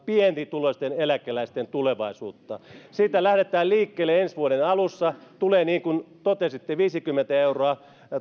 pienituloisten eläkeläisten tulevaisuutta siitä lähdetään liikkeelle ensi vuoden alussa tulee niin kuin totesitte viisikymmentä euroa